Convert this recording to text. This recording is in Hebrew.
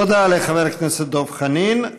תודה לחבר הכנסת דב חנין.